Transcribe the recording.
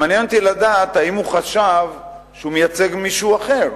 מעניין אותי לדעת אם הוא חשב שהוא מייצג מישהו אחר.